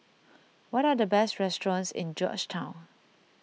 what are the best restaurants in Georgetown